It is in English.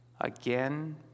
again